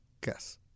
Guess